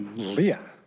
leah,